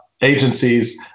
agencies